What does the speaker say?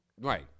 Right